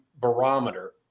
barometer